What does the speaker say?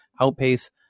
outpace